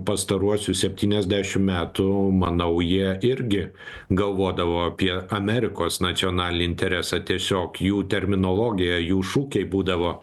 pastaruosius septyniasdešim metų manau jie irgi galvodavo apie amerikos nacionalinį interesą tiesiog jų terminologija jų šūkiai būdavo